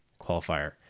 qualifier